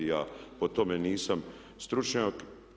Ja po tome nisam stručnjak.